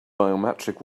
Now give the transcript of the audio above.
biometric